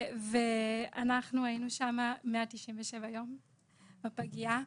אנחנו היינו בפגייה 197 יום.